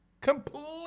completely